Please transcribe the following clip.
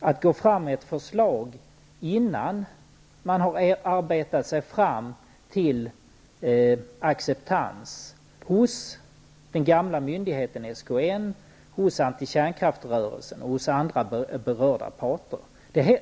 Det är helt onödigt att lägga fram ett förslag innan en acceptans har uppnåtts hos den gamla myndigheten SKN, hos antikärnkraftrörelsen och andra berörda parter.